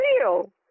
real